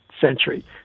century